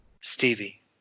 Stevie